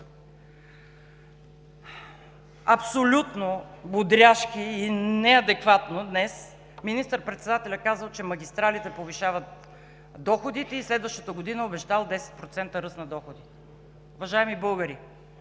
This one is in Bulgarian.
абсолютно бодряшки и неадекватно днес министър-председателят казва, че магистралите повишават доходите и следващата година обещал 10% ръст на доходите. Уважаеми българи,